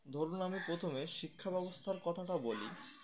ধরুন আমি প্রথমে শিক্ষা ব্যবস্থার কথাটা বলি